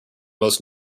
most